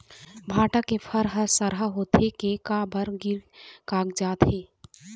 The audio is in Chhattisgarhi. भांटा के फर हर सरहा होथे के काहे बर गिर कागजात हे?